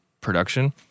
production